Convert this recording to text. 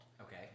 Okay